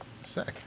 Sick